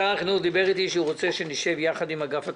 שר החינוך דיבר איתי שהוא רוצה שנשב יחד עם אגף התקציבים,